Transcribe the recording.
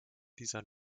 dieser